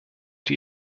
die